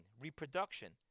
reproduction